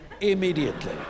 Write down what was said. immediately